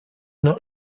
not